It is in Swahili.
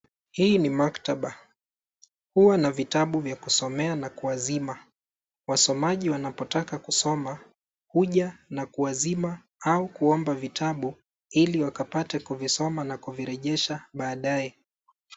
Hii ni maktaba, huwa na vitabu vya kusomea na kuazima. Wasomaji wanapotaka kusoma huja na kuazima au kuomba vitabu ili wakapate kuvisoma na kuvijirejesha baadaye.